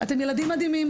אתם ילדים מדהימים